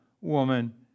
woman